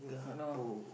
I know